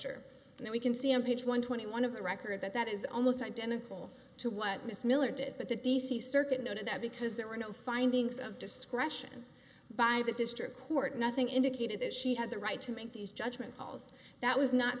and we can see in page one twenty one of the record that that is almost identical to what ms miller did but the d c circuit noted that because there were no findings of discretion by the district court nothing indicated that she had the right to make these judgment calls that was not